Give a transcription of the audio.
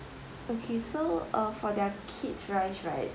okay so uh for their kid price right